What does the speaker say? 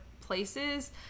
places